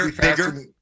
bigger